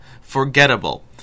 forgettable